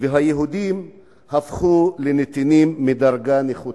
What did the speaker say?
והיהודים הפכו לנתינים מדרגה נחותה.